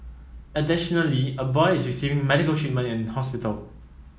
additionally a boy is receiving medical treatment in hospital